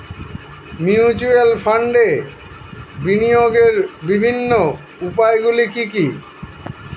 Mutual ফান্ডে বিনিয়োগের বিভিন্ন উপায়গুলি কি কি?